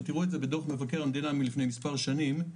ותראו את זה בדו"ח מבקר המדינה מלפני מספר שנים,